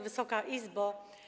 Wysoka Izbo!